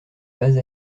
base